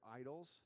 idols